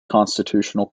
constitutional